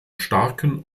starken